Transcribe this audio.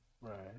Right